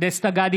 דסטה גדי